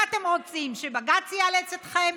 מה אתם רוצים, שבג"ץ יאלץ אתכם?